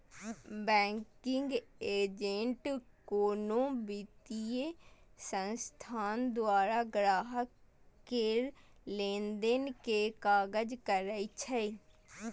banking agent कोनो वित्तीय संस्थान द्वारा ग्राहक केर लेनदेन के काज करै छै